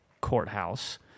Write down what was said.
courthouse